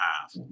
half